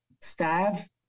staff